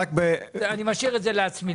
אני משאיר את זה לעצמי.